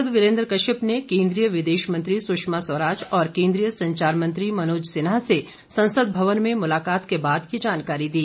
सांसद वीरेन्द्र कश्यप ने केंद्रीय विदेश मंत्री सुष्मा स्वराज और केंद्रीय संचार मंत्री मनोज सिन्हा से संसद भवन में मुलाकात के बाद ये जानकारी दी